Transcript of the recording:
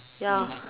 ya